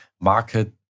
market